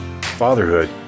fatherhood